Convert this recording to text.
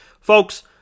Folks